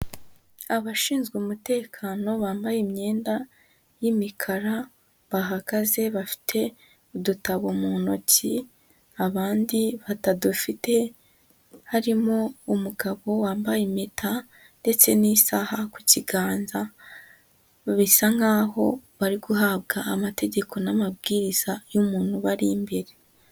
Abashinzwe umutekano bambaye imyenda y'imikara, bahagaze bafite udutabo mu ntoki, abandi batadafite harimo umugabo wambaye impeta ndetse n'isaha ku kiganza, bisa nkaho bari guhabwa amategeko n'amabwiriza y'umuntu ubari imbere.